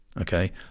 Okay